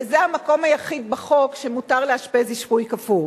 וזה המקום היחיד בחוק שלפיו מותר לאשפז אשפוז כפוי.